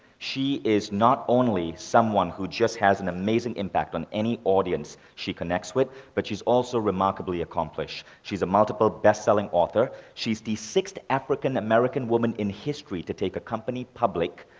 she is not only someone who just has an amazing impact on any audience she connects with, but she's also remarkably accomplished. she's a multiple best-selling author. she's the sixth african-american woman in history to take a company public.